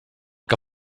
que